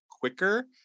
quicker